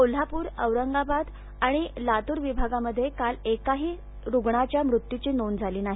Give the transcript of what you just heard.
कोल्हापूर औरंगाबाद आणि लातूर विभागात काल एकाही रुग्णाच्या मृत्यूची नोंद झाली नाही